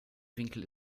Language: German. winkel